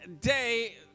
day